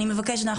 אני מבקשת,